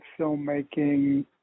filmmaking